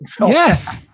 Yes